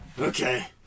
okay